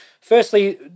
firstly